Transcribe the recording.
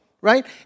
Right